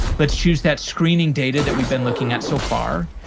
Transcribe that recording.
let's choose that screening data that we've been looking at so far.